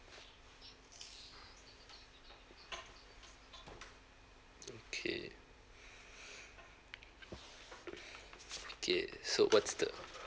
okay okay so what's the